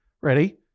Ready